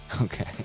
Okay